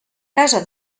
casa